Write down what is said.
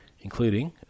including